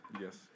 Yes